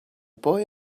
boy